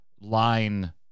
line